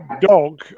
dog